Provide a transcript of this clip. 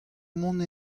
mont